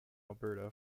alberta